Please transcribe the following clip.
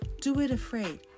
do-it-afraid